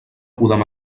podem